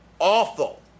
awful